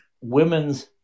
women's